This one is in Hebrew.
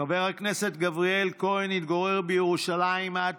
חבר הכנסת גבריאל כהן התגורר בירושלים עד